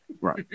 right